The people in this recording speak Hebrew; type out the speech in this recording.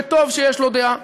וטוב שיש לו דעה,